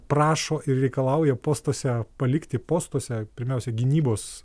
prašo ir reikalauja postuose palikti postuose pirmiausia gynybos